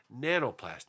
nanoplastics